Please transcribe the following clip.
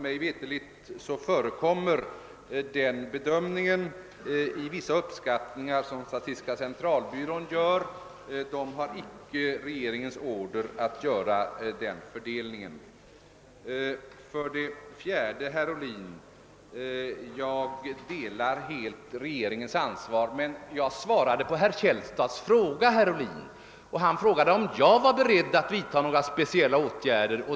Mig veterligt förekommer den bedömningen i vissa uppskattningar som statistiska centralbyrån gör. Regeringen har icke givit order om en sådan fördelning. " För det fjärde delar jag helt regeringens ansvar, herr Ohlin. Men jag svarade på herr Källstads fråga, och han frågade om jag var beredd att vidta några speciella åtgärder.